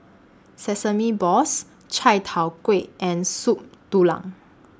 Sesame Balls Chai Tow Kuay and Soup Tulang